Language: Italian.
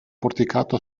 porticato